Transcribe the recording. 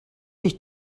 dich